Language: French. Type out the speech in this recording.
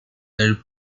elle